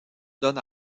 donne